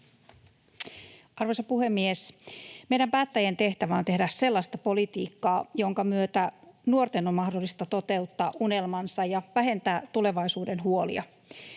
Arvoisa puhemies! Meidän päättäjien tehtävä on tehdä sellaista politiikkaa, jonka myötä nuorten on mahdollista toteuttaa unelmansa ja vähentää tulevaisuuden huolia.